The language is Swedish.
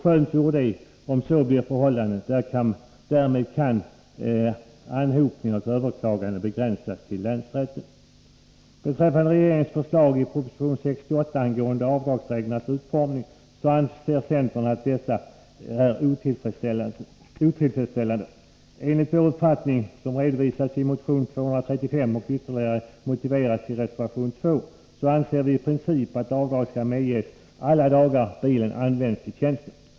Skönt vore det, om så blir fallet. Därmed kan anhopningen av överklaganden begränsas till länsrätten. Beträffande regeringens förslag i proposition 68 angående avdragsreglernas utformning anser centern att dessa är otillfredsställande. Enligt vår uppfattning, som redovisas i motion 235 och ytterligare motiveras i reservation 2, skall avdrag i princip medges alla dagar bilen används i tjänsten.